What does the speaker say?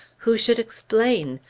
who should explain?